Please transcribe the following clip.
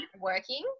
working